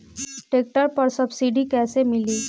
Tractor पर subsidy कैसे मिली?